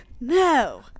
No